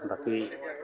বাকী